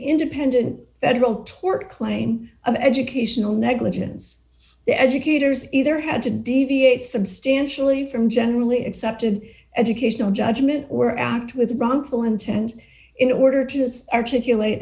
independent federal tort claim of educational negligence the educators either had to deviate substantially from generally accepted educational judgment or act with wrongful intend in order to has articulate